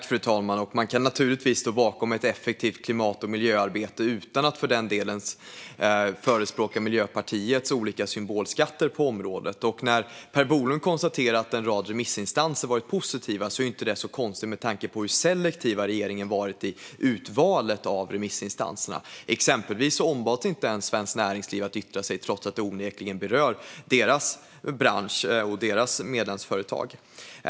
Fru talman! Man kan naturligtvis stå bakom ett effektivt klimat och miljöarbete utan att för den skull förespråka Miljöpartiets olika symbolskatter på området. Per Bolund konstaterar att en rad remissinstanser har varit positiva, vilket inte är så konstigt med tanke på hur selektiv regeringen varit i urvalet av remissinstanser. Exempelvis ombads inte ens Svenskt Näringsliv att yttra sig, trots att detta onekligen berör deras bransch och deras medlemsföretag.